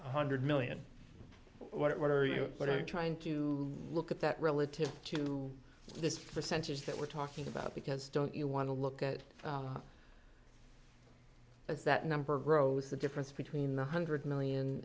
a hundred million what are you what are you trying to look at that relative to this percentage that we're talking about because don't you want to look at that's that number grows the difference between one hundred million